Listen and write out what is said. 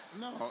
No